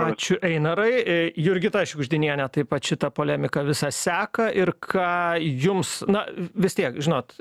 ačiū einarai jurgita šiugždinienė taip pat šitą polemiką visą seka ir ką jums na vis tiek žinot